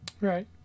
Right